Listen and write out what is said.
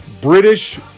British